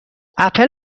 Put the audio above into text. اپل